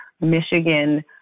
Michigan